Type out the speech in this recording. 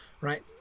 right